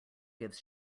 gives